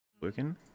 Working